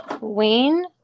Wayne